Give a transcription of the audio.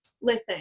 Listen